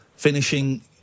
finishing